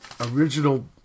original